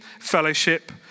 fellowship